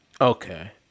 okay